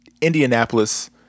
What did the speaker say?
Indianapolis